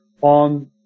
on